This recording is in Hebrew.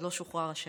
עוד לא שוחרר השם.